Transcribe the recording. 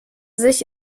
sich